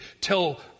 tell